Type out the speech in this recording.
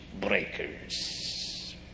breakers